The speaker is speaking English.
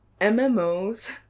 MMOs